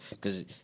Cause